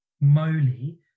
moly